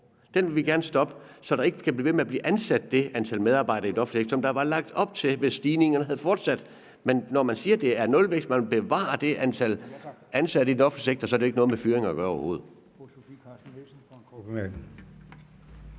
Den vil vi gerne stoppe, så der ikke kan blive ved med at blive ansat det antal medarbejdere i den offentlige sektor, som der var lagt op til, hvis stigningerne havde fortsat. Men når man siger, at det er nulvækst, og at man vil bevare det antal ansatte i den offentlige sektor, så har det jo overhovedet ikke noget med fyringer at gøre.